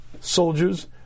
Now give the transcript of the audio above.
soldiers